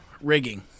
Rigging